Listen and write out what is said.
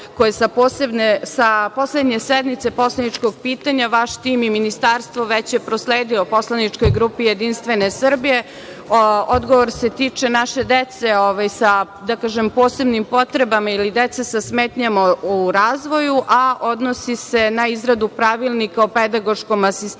sa poslednje sednice poslaničkih pitanja. Vaš tim i Ministarstvo već je prosledilo poslaničkoj grupi JS. Odgovor se tiče naše dece sa posebnim potrebama ili dece sa smetnjama u razvoju, a odnosi se na izradu Pravilnika o pedagoškom asistentu